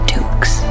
Dukes